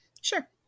Sure